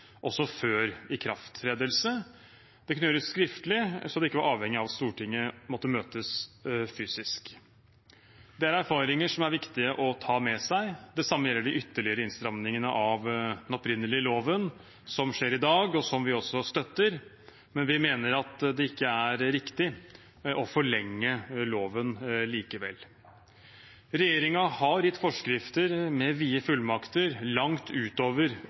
også før ikrafttredelse. Det kunne gjøres skriftlig og var ikke avhengig av at Stortinget måtte møtes fysisk. Dette er erfaringer det er viktig å ta med seg. Det samme gjelder de ytterligere innstrammingene av den opprinnelige loven som skjer i dag, og som vi også støtter. Vi mener likevel at det ikke er riktig å forlenge loven. Regjeringen har gitt forskrifter med vide fullmakter langt utover